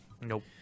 Nope